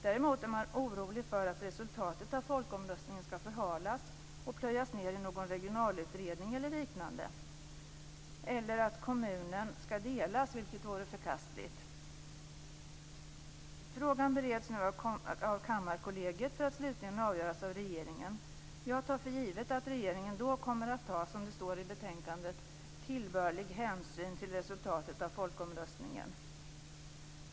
Däremot är man orolig för att resultatet av folkomröstningen skall förhalas och plöjas ned i någon regionalutredning eller liknande eller att kommunen skall delas, vilket vore förkastligt. Frågan bereds nu av Kammarkollegiet för att slutligen avgöras av regeringen. Jag tar för givet att regeringen då kommer att ta, som det står i betänkandet, "tillbörlig hänsyn till resultatet av folkomröstningen."